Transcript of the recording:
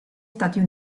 stati